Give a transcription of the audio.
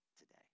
today